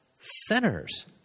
sinners